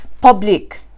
public